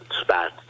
spat